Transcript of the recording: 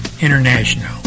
International